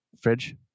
fridge